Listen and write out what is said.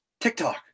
tiktok